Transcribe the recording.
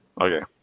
Okay